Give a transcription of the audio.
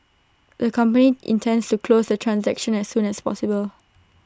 the company intends to close the transaction as soon as possible